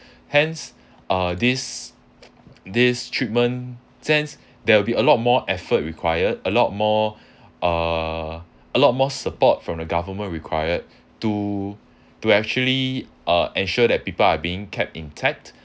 hence uh this this treatment since there will be a lot more effort required a lot more uh a lot more support from the government required to to actually uh ensure that people are being kept intact